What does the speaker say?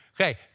Okay